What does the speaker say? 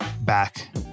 back